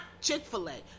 Chick-fil-A